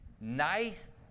Nice